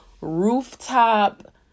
rooftop